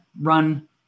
run